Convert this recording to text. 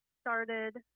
started